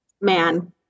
man